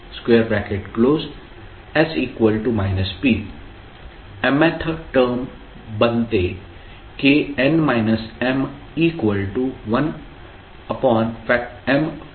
d2ds2spnF।s p mth term बनते kn m1m